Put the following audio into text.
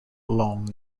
long